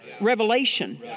revelation